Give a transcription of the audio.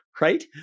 right